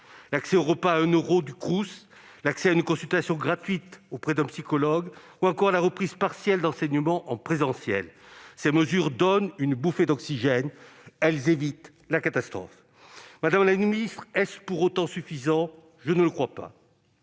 l'accès aux repas à 1 euro du Crous et à une consultation gratuite auprès d'un psychologue ou encore la reprise partielle des enseignements en présentiel. Ces mesures donnent une bouffée d'oxygène, elles évitent la catastrophe. Madame la ministre, est-ce pour autant suffisant ? Je ne le crois pas.